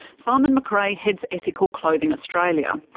simon mcrae heads ethical clothing australia.